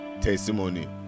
testimony